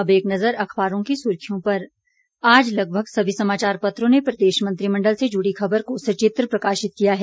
अब एक नजर अखबारों की सुर्खियों पर आज लगभग सभी समाचारपत्रों ने प्रदेश मंत्रिमण्डल से जुड़ी खबर को सचित्र प्रकाशित किया है